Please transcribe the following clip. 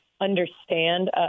understand